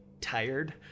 tired